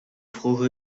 vroege